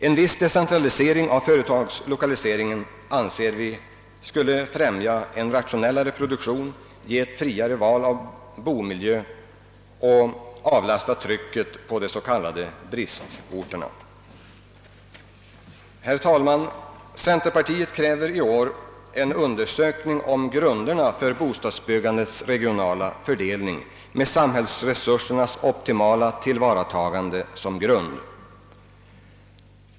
En viss decentralisering av företagslokaliseringen anser vi skulle främja en rationellare produktion, ge ett friare val av boendemiljö och avlasta trycket på de s.k. bristorterna. Herr talman! Centerpartiet kräver i år en undersökning om grunderna för bostadsbyggandets regionala fördelning med samhällsresursernas optimala till varatagande som grund.